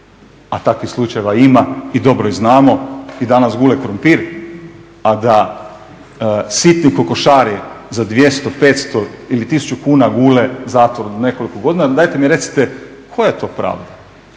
a takvih slučajeva ima i dobro ih znamo i danas gule krumpir, a da sitni kokošari za 200, 500 ili 1000 kuna gule zatvor nekoliko godina dajte mi recite koja je to pravda?